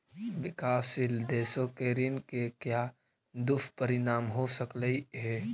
विकासशील देशों के ऋण के क्या दुष्परिणाम हो सकलई हे